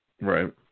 Right